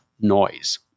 noise